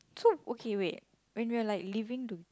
so okay wait when we're like leaving to